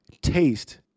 taste